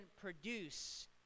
produce